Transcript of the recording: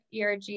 ERG